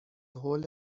هول